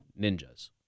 ninjas